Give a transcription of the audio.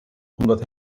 omdat